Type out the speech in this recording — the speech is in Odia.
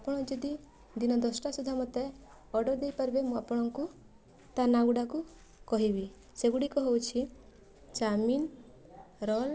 ଆପଣ ଯଦି ଦିନ ଦଶଟା ଶୁଦ୍ଧା ମୋତେ ଅର୍ଡ଼ର୍ ଦେଇ ପାରିବେ ମୁଁ ଆପଣଙ୍କୁ ତା ନାଁ ଗୁଡ଼ାକୁ କହିବି ସେ ଗୁଡ଼ିକ ହେଉଛି ଚାଉମିନ୍ ରୋଲ୍